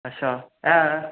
अच्छा ऐ